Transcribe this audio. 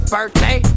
Birthday